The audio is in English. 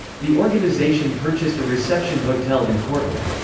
the organisation purchased a reception hotel in portland.